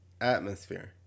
atmosphere